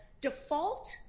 default